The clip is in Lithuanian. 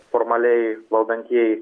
formaliai valdantieji